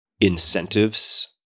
incentives